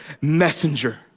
messenger